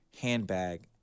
handbag